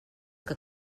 que